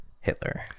Hitler